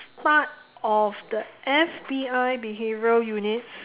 part of the F_B_I behavioural units